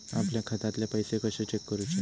आपल्या खात्यातले पैसे कशे चेक करुचे?